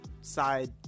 side